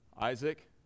Isaac